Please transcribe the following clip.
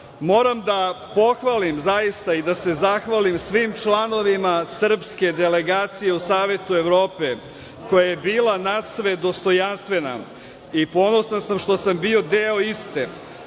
kraj. Moram da pohvalim, zaista, i da se zahvalim svim članovima srpske delegacije u Savetu Evrope koja je bila nadasve dostojanstvena i ponosan sam što sam bio deo iste.